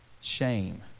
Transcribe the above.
Shame